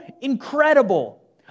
incredible